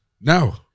no